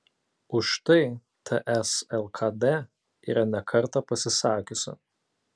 už tai ts lkd yra ne kartą pasisakiusi